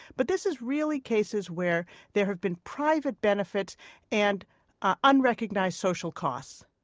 but this is really cases where there have been private benefits and unrecognized social costs